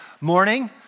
morning